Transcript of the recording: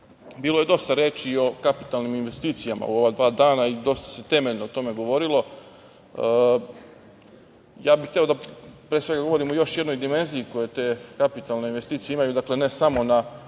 je dosta reči i o kapitalnim investicijama u ova dva dana i dosta se temeljno o tome govorilo ja bih hteo da pre svega govorim o još jednoj dimenziji koju te kapitalne investicije imaju, dakle, ne samo na